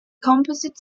composite